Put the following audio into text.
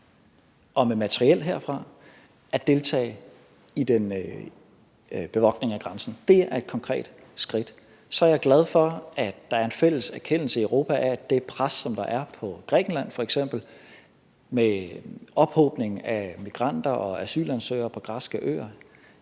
og med materiel herfra at deltage i den bevogtning af grænsen. Det er et konkret skridt. Så er jeg glad for, at der er en fælles erkendelse i Europa af det pres, som der er på f.eks. Grækenland, med ophobning af migranter og asylansøgere på græske øer,